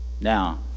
now